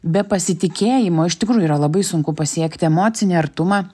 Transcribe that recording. be pasitikėjimo iš tikrųjų yra labai sunku pasiekti emocinį artumą